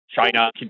China